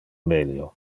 melio